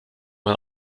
man